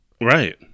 Right